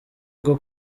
bwo